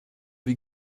wie